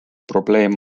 probleem